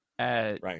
Right